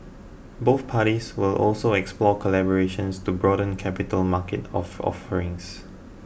both parties will also explore collaborations to broaden capital market of offerings